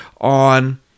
on